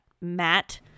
Matt